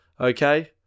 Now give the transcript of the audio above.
okay